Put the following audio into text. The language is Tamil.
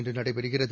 இன்றநடைபெறுகிறது